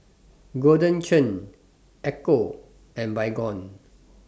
Golden Churn Ecco and Baygon